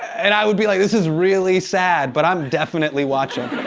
and i would be like, this is really sad but i'm definitely watching.